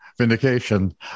vindication